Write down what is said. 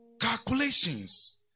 calculations